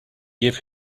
give